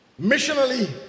missionally